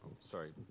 sorry